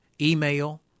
email